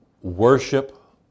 Worship